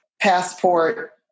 passport